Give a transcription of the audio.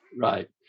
Right